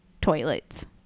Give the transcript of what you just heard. toilets